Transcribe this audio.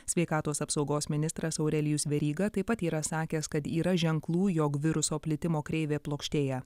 sveikatos apsaugos ministras aurelijus veryga taip pat yra sakęs kad yra ženklų jog viruso plitimo kreivė plokštėja